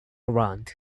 around